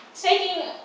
Taking